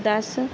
दस